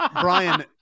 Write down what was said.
Brian